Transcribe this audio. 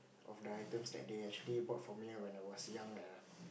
of the item that day actually bought from you when I was young ah